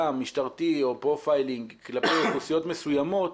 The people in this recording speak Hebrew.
משטרתי או פרופיילינג כלפי אוכלוסיות מסוימות